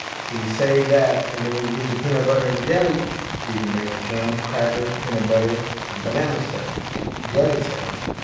so you save that and then when you get your peanut butter and jelly you can make a graham cracker, peanut butter and banana sandwich. jelly sandwich.